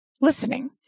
listening